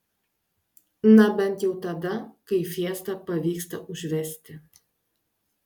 na bent jau tada kai fiesta pavyksta užvesti